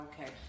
okay